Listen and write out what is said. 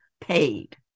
paid